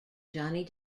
johnny